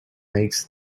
makes